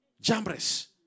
Jambres